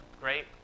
great